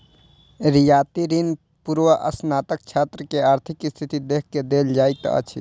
रियायती ऋण पूर्वस्नातक छात्र के आर्थिक स्थिति देख के देल जाइत अछि